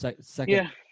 Second